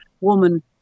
woman